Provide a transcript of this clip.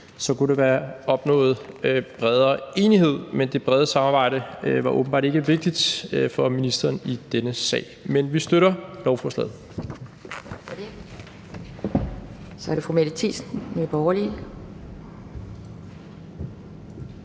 kunne der være opnået bredere enighed, men det brede samarbejde var åbenbart ikke vigtigt for ministeren i denne sag. Men vi støtter lovforslaget.